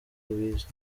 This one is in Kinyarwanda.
ubizi